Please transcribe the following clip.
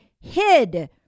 hid